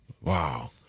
Wow